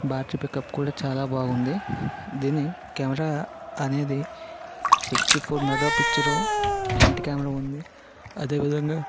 battery pickup కూడా చాలా బాగుంది దీని కెమెరా అనేది sixty four mega picture front camera ఉంది అదే విధంగా